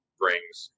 brings